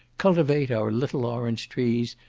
cultivate our little orange trees,